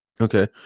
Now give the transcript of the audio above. Okay